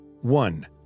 One